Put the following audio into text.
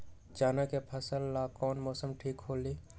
चाना के फसल ला कौन मौसम ठीक होला?